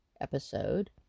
episode